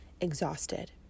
exhausted